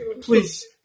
please